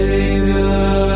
Savior